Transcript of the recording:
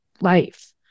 life